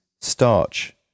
starch